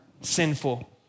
sinful